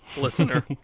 listener